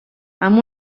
amb